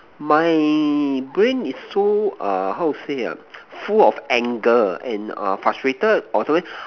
my brain is so err how to say ah full of anger and err frustrated or sometime